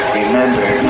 remember